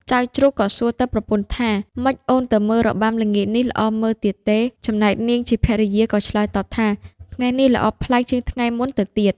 ចៅជ្រូកក៏សួរទៅប្រពន្ធថា ម៉េចអូនទៅមើលរបាំល្ងាចនេះល្អមើលទៀតទេ? ចំណែកនាងជាភរិយាក៏ឆ្លើយតបថា ថ្ងៃនេះល្អប្លែកជាងថ្ងៃមុនទៅទៀត។